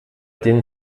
den